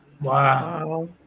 Wow